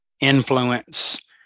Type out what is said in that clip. influence